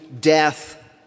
death